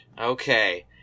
Okay